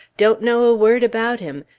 don't know a word about him!